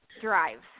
drive